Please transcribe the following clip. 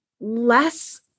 less